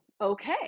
okay